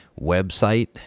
website